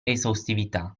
esaustività